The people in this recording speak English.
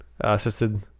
assisted